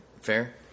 Fair